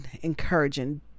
encouraging